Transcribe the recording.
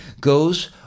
goes